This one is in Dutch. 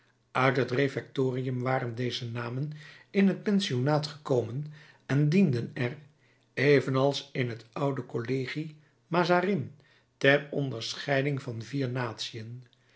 uit het refectorium waren deze namen in het pensionaat gekomen en dienden er evenals in het oude collegie mazarin ter onderscheiding van vier natiën